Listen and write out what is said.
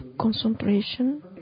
concentration